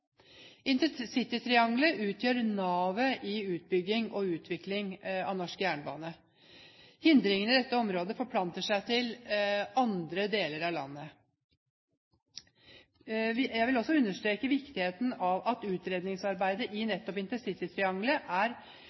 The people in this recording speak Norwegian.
utgjør navet i utbygging og utvikling av norsk jernbane. Hindringene i dette området forplanter seg til andre deler av landet. Jeg vil også understreke viktigheten av at utredningsarbeidet i nettopp intercitytriangelet er